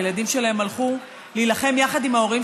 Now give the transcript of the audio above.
הילדים שלהם הלכו להילחם יחד עם ההורים